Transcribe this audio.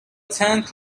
tent